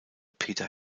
peter